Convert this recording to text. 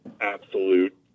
absolute